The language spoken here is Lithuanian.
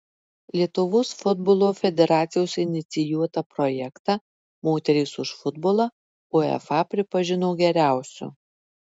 lietuvos futbolo federacijos inicijuotą projektą moterys už futbolą uefa pripažino geriausiu